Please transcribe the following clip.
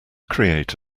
create